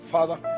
Father